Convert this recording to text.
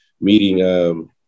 meeting